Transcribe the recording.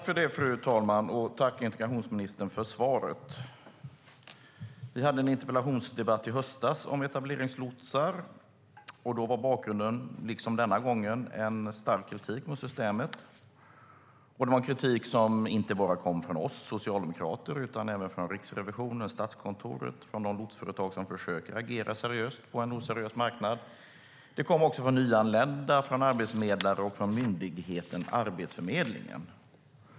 Fru talman! Tack, integrationsministern, för svaret! Vi hade en interpellationsdebatt om etableringslotsar i höstas. Bakgrunden var då, liksom den är denna gång, en stark kritik mot systemet. Det var en kritik som kom inte bara från oss socialdemokrater utan även från Riksrevisionen, Statskontoret och de lotsföretag som försöker agera seriöst på en oseriös marknad. Kritiken kom också från nyanlända, arbetsförmedlare och myndigheten Arbetsförmedlingen.